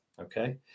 okay